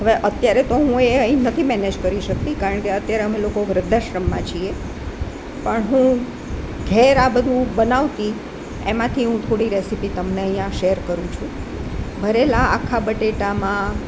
હવે અત્યારે તો હું એ અહીં નથી મેનેજ કરી શકતી કારણ કે અત્યારે અમે લોકો વૃદ્ધાશ્રમમાં છીએ પણ હું ઘરે આ બધું બનાવતી એમાંથી હું થોડી રેસિપી તમને અહીંયા શેર કરું છું ભરેલા આખા બટેટામાં